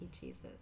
Jesus